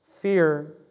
Fear